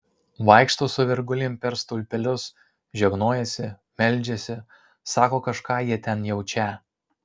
vaikšto su virgulėm per stulpelius žegnojasi meldžiasi sako kažką jie ten jaučią